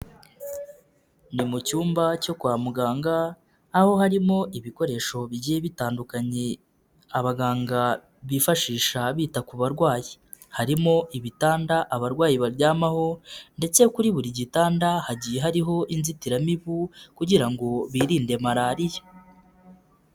Ni mu cyumba cyo kwa muganga, aho harimo ibikoresho bigiye bitandukanye, abaganga bifashisha bita ku barwayi harimo ibitanda abarwayi baryamaho ndetse kuri buri gitanda hagiye hariho inzitiramibu kugira ngo birinde Malariya.